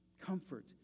Comfort